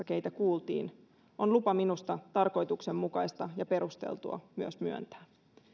keitä kuultiin on lupa minusta tarkoituksenmukaista ja perusteltua myös myöntää